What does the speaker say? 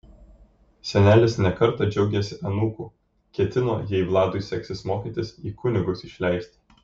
senelis ne kartą džiaugėsi anūku ketino jei vladui seksis mokytis į kunigus išleisti